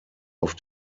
auf